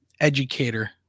educator